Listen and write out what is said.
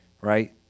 right